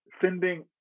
sending